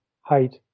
height